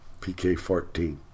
PK14